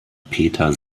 peter